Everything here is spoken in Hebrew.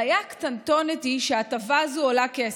הבעיה הקטנטונת היא שההטבה הזאת עולה כסף.